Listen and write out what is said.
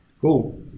Cool